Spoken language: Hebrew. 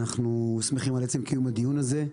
אנחנו שמחים על עצם קיום הדיון הזה.